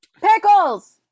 Pickles